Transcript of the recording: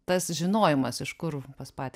tas žinojimas iš kur pas patį